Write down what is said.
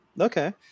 okay